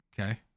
Okay